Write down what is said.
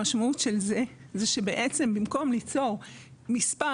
המשמעות של זה היא שבעצם במקום ליצור מספר